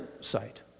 site